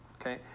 Okay